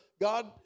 God